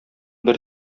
бер